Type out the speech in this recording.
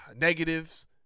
Negatives